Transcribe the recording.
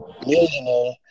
millionaire